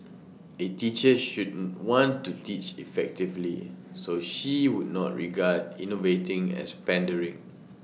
A teacher should want to teach effectively so she would not regard innovating as pandering